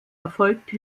erfolgte